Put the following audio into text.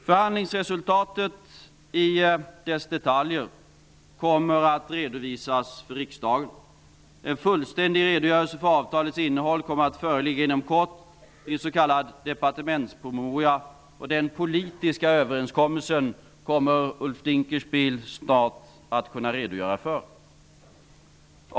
Förhandlingsresultatet i detalj kommer att redovisas för riksdagen. En fullständig redogörelse för avtalets innehåll kommer att föreligga inom kort i en s.k. departementspromemoria, och den politiska överenskommelsen kommer Ulf Dinkelspiel snart att kunna redogöra för.